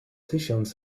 tysiąc